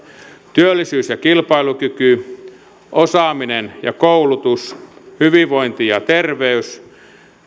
työllisyys ja kilpailukyky osaaminen ja koulutus hyvinvointi ja terveys